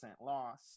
loss